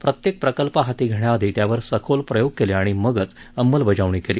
प्रत्येक प्रकल्प हाती घेण्याआधी त्यावर सखोल प्रयोग केले आणि मगच अंमलबजावणी केली